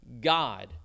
God